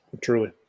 Truly